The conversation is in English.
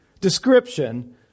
description